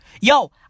Yo